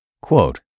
Quote